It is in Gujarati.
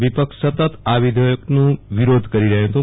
વિપક્ષ સતત આ વિધેયકનો વિરોધ કરી રહ્યું હતું